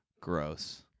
Gross